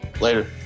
Later